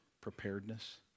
preparedness